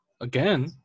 Again